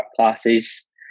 classes